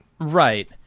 Right